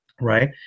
right